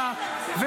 גביר?